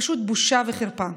פשוט בושה וחרפה.